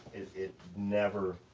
it never